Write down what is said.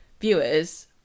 viewers